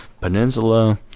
Peninsula